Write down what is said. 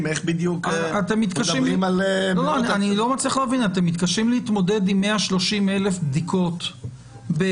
אז אנחנו מדברים למול עונת הקיץ על תוספת של מאות אלפי בדיקות כל